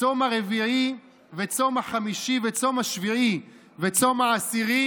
צום הרביעי וצום החמישי וצום השביעי וצום העשירי